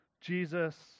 Jesus